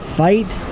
fight